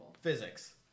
Physics